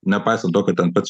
nepaisant to kad ten pats